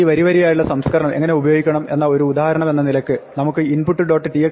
ഈ വരിവരിയായുള്ള സംസ്കരണം എങ്ങിനെ ഉപയോഗിക്കണം എന്ന ഒരു ഉദാഹരണമെന്ന നിലക്ക് നമുക്ക് input